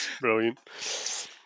brilliant